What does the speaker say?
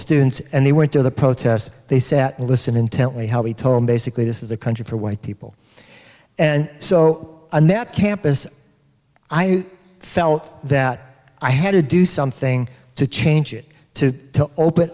students and they went to the protests they sat and listened intently how he told basically this is a country for white people and so on that campus i felt that i had to do something to change it to open